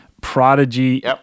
Prodigy